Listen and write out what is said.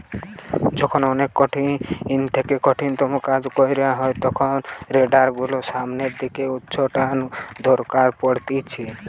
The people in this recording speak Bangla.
যখন অনেক কঠিন থেকে কঠিনতম কাজ কইরা হয় তখন রোডার গুলোর সামনের দিকে উচ্চটানের দরকার পড়তিছে